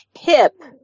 hip